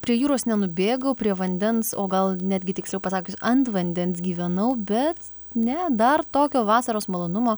prie jūros nenubėgau prie vandens o gal netgi tiksliau pasakius ant vandens gyvenau bet ne dar tokio vasaros malonumo